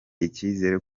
icyizere